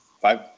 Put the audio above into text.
five